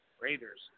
Raiders